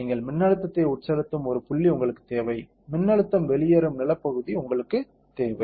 நீங்கள் மின்னழுத்தத்தை உட்செலுத்தும் ஒரு புள்ளி உங்களுக்குத் தேவை மின்னழுத்தம் வெளியேறும் நிலப்பகுதி உங்களுக்குத் தேவை